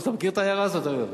אתה מכיר את העיירה הזאת, אגב?